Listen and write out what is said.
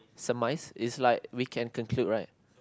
surmise is like we can conclude right